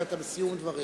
כי אתה בסיום דבריך.